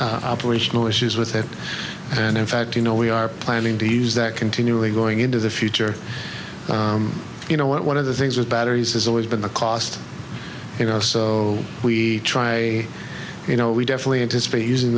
any operational issues with that and in fact you know we are planning to use continually going into the future you know what one of the things with batteries has always been the cost you know so we try you know we definitely anticipate using